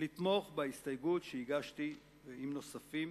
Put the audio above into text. לתמוך בהסתייגות שהגשתי עם נוספים,